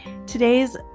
Today's